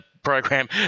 program